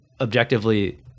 objectively